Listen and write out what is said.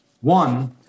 one